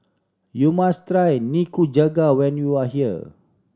you must try Nikujaga when you are here